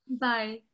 Bye